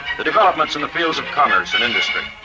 the developments in the fields of commerce and industry.